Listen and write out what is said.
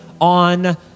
on